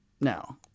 Now